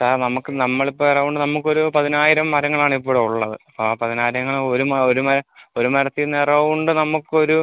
sir നമുക്ക് നമ്മളിപ്പം around നമുക്കൊരു പതിനായിരം മരങ്ങളാണിപ്പോൾ ഉള്ളത് ആ പതിനായിരം ഒരു ഒരു ഒരു മരത്തിൽ നിന്ന് എറൌണ്ട് നമുക്കൊരു